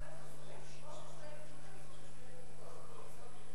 ההסתייגות של קבוצת סיעות בל"ד רע"ם-תע"ל לסעיף 36,